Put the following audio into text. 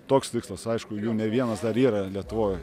toks tikslas aišku jų ne vienas dar yra lietuvoj